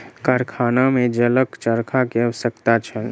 कारखाना में जलक चरखा के आवश्यकता छल